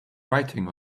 writing